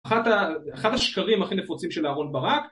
אחד השקרים הכי נפוצים של אהרון ברק